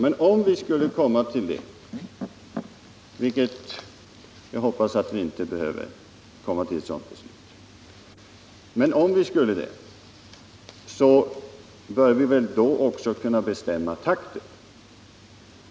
Men om vi skulle komma till ett sådant beslut — vilket jag hoppas inte behöver ske — bör vi väl då också kunna bestämma takten.